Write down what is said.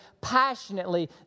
passionately